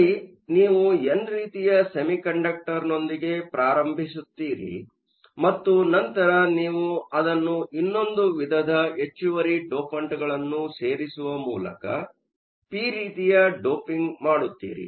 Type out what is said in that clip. ಅಲ್ಲಿ ನೀವು ಎನ್ ರೀತಿಯ ಸೆಮಿಕಂಡಕ್ಟರ್ನೊಂದಿಗೆ ಪ್ರಾರಂಭಿಸುತ್ತೀರಿ ಮತ್ತು ನಂತರ ನೀವು ಅದನ್ನು ಇನ್ನೊಂದು ವಿಧದ ಹೆಚ್ಚುವರಿ ಡೋಪಂಟ್ಗಳನ್ನು ಸೇರಿಸುವ ಮೂಲಕ ಪಿ ರೀತಿಯ ಡೊಪಿಂಗ್ ಮಾಡುತ್ತೀರಿ